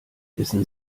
wissen